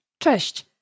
Cześć